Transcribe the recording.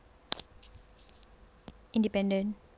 independent